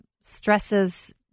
stresses